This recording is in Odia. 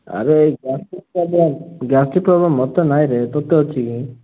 ଆରେ ଏ ପ୍ରୋବଲେମ୍ ପ୍ରୋବଲେମ୍ ମୋତେ ନାଇଁରେ ତୋତେ ଅଛି କି